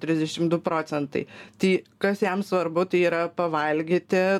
trisdešim du procentai tai kas jam svarbu tai yra pavalgyti